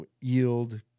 yield